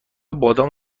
بادام